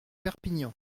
perpignan